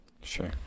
Sure